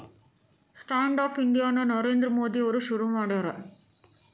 stand up India ನ ನರೇಂದ್ರ ಮೋದಿ ಅವ್ರು ಶುರು ಮಾಡ್ಯಾರ